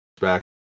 back